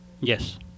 yes